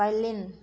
Berlin